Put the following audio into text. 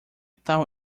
tal